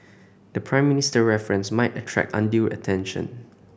the Prime Minister reference might attract undue attention